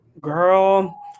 Girl